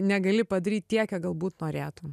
negali padaryt tiek kiek galbūt norėtum